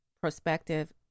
prospective